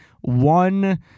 one